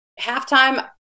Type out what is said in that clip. halftime